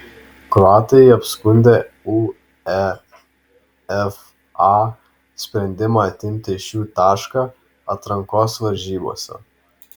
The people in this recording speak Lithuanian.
kroatai apskundė uefa sprendimą atimti iš jų tašką atrankos varžybose